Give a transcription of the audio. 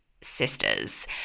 sisters